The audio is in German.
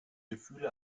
gefühle